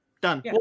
done